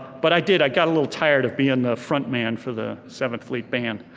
but i did, i got a little tired of being the front man for the seventh fleet band.